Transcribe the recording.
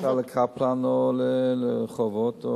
בדרך כלל ל"קפלן", לרחובות,